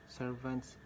servants